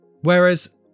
Whereas